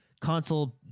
Console